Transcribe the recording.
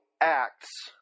acts